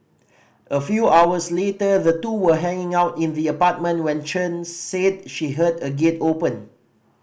a few hours later the two were hanging out in the apartment when Chen said she heard a gate open